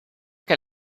que